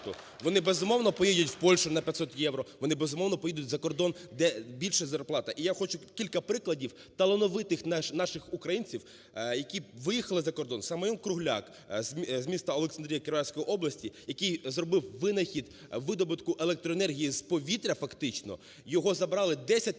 Вони, безумовно, поїдуть в Польщу, на 500 євро. Вони, безумовно, поїдуть за кордон, де більша зарплата. І я хочу кілька прикладів талановитих наших українців, які виїхали за кордон. Семен Кругляк з міста Олександрія Кіровоградської області, який зробив винахід видобутку електроенергії з повітря фактично, його забирали 10